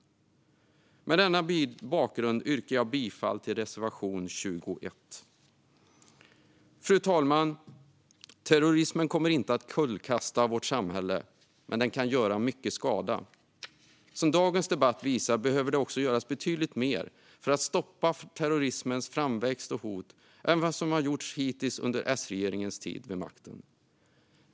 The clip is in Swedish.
Utifrån denna bakgrund yrkar jag bifall till reservation 21. Fru talman! Terrorismen kommer inte att kullkasta vårt samhälle, men den kan göra mycket skada. Som dagens debatt visar behöver det också göras betydligt mer för att stoppa terrorismens framväxt och hot än vad som har gjorts hittills under S-regeringens tid vid makten.